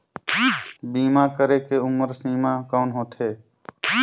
बीमा करे के उम्र सीमा कौन होथे?